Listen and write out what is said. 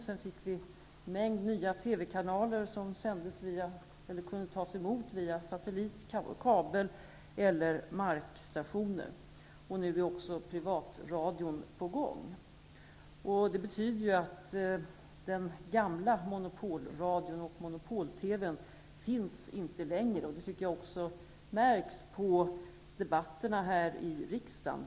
Sedan fick vi en mängd nya TV-kanaler som kunde tas emot via satellit, kabel eller markstationer. Nu är också privatradion på gång. Det betyder att den gamla monopolradion och monopol-TV-n inte längre finns. Det märks också på debatterna här i riksdagen.